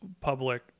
public